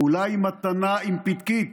/ אולי מתנה עם פתקית.